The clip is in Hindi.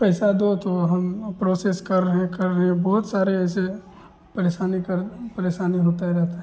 पैसा दो तो हम प्रोसेस कर रहे हैं कर रहे हैं बहुत सारे ऐसे परेशानी कर परेशानी होती ही रहते हैं